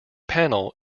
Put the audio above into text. panel